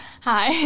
Hi